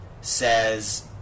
says